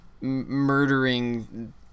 murdering